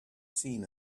seen